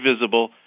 visible